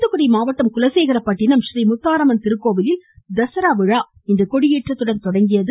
தூத்துகுடி மாவட்டம் குலசேகரப்பட்டிணம் றீமுத்தாரம்மன் திருக்கோவிலிலும் தசரா விழா இன்று கொடியேற்றத்துடன் தொடங்கியது